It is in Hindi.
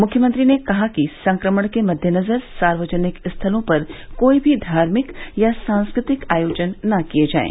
मुख्यमंत्री ने कहा कि संक्रमण के मददेनजर सार्वजनिक स्थलों पर कोई भी धार्मिक या सांस्कृतिक आयोजन न किये जाये